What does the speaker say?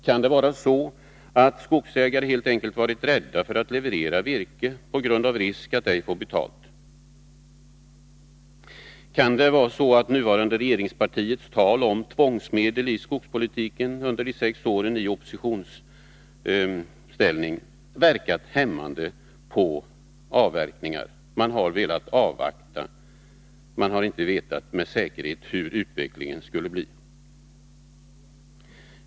Kan det vara så att skogsägare helt enkelt varit rädda för att leverera virke på grund av risk att ej få betalt? Kan det vara så att det nuvarande regeringspartiets tal om tvångsmedel i skogspolitiken under de sex åren i oppositionsställning verkat hämmande på avverkningar? Man har velat avvakta, eftersom man inte med säkerhet vetat hur utvecklingen skulle bli.